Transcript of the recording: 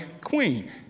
queen